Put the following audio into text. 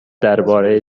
درباره